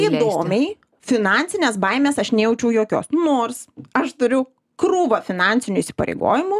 įdomiai finansinės baimės aš nejaučiau jokios nors aš turiu krūvą finansinių įsipareigojimų